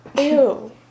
Ew